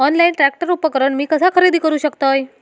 Online tractor उपकरण मी कसा खरेदी करू शकतय?